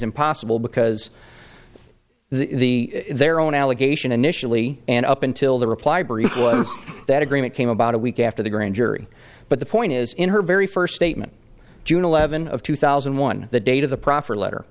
impossible because the their own allegation initially and up until the reply brief that agreement came about a week after the grand jury but the point is in her very first statement june eleventh of two thousand and one the date of the proffer letter